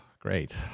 great